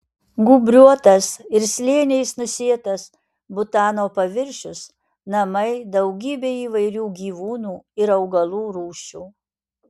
gūbriuotas ir slėniais nusėtas butano paviršius namai daugybei įvairių gyvūnų ir augalų rūšių